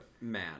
man